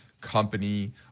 company